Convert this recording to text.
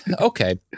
okay